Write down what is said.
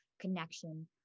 connection